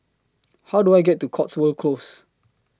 How Do I get to Cotswold Close